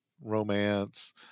romance